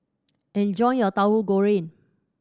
enjoy your Tahu Goreng